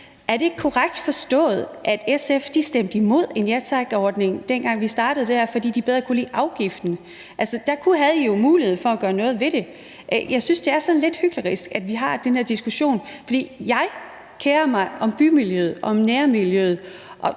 om det ikke er korrekt forstået, at SF stemte imod en Ja Tak-ordning, dengang vi startede det her, fordi de bedre kunne lide afgiften. Da havde I jo muligheden for at gøre noget ved det. Jeg synes, det er sådan lidt hyklerisk, at vi har den her diskussion. For jeg kerer mig om bymiljøet og om nærmiljøet.